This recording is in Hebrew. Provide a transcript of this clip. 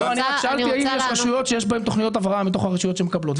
שאלתי האם יש רשויות - בהן יש תכניות הבראה מתוך הרשויות שמקבלות.